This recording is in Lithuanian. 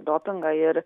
dopingą ir